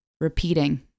repeating